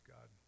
God